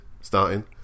Starting